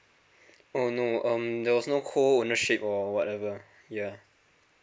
oh no um there was no co ownership or whatever yeah